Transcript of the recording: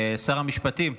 שר המשפטים,